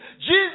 Jesus